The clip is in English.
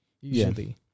usually